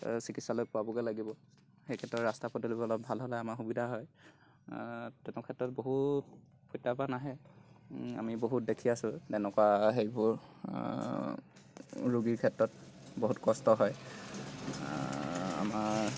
চিকিৎসালয় পোৱাবগৈ লাগিব সেইক্ষেত্ৰত ৰাস্তা পদূলিবোৰ অলপ ভাল হ'লে আমাৰ সুবিধা হয় তেনেক্ষেত্ৰত বহু প্ৰত্যাহ্বান আহে আমি বহুত দেখি আছোঁ তেনেকুৱা সেইবোৰ ৰোগীৰ ক্ষেত্ৰত বহুত কষ্ট হয় আমাৰ